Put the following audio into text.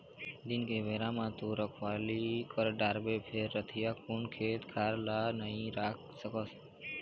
दिन के बेरा म तो रखवाली कर डारबे फेर रतिहा कुन खेत खार ल नइ राख सकस